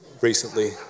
recently